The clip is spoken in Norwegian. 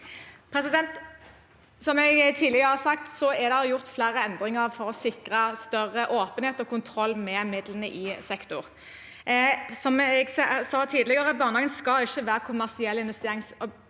Som jeg tidligere har sagt, er det gjort flere endringer for å sikre større åpenhet og kontroll med midlene i sektoren. Som jeg sa tidligere, skal ikke barnehagene være kommersielle investeringsobjekter.